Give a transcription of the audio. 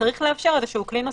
צריך לאפשר כלי נוסף.